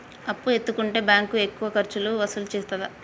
అప్పు ఎత్తుకుంటే బ్యాంకు ఎక్కువ ఖర్చులు వసూలు చేత్తదా?